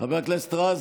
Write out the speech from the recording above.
חבר הכנסת רז,